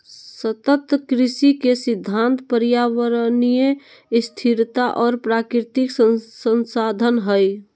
सतत कृषि के सिद्धांत पर्यावरणीय स्थिरता और प्राकृतिक संसाधन हइ